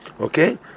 okay